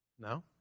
No